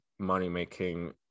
money-making